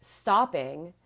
stopping